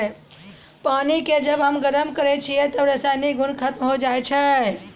पानी क जब हम गरम करै छियै त रासायनिक गुन खत्म होय जाय छै